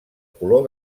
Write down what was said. color